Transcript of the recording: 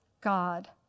God